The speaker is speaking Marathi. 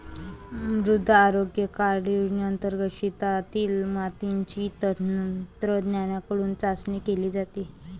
मृदा आरोग्य कार्ड योजनेंतर्गत शेतातील मातीची तज्ज्ञांकडून चाचणी केली जाते